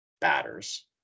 batters